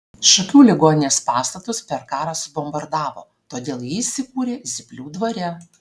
šakių ligoninės pastatus per karą subombardavo todėl ji įsikūrė zyplių dvare